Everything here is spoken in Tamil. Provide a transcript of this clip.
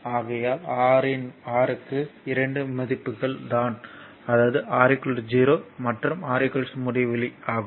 ஆகையால் R க்கு 2 மதிப்புகள் தான் அதாவது R0 மற்றும் R முடிவிலி ஆகும்